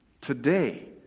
today